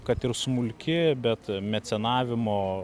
kad ir smulki bet mecenavimo